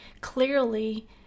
clearly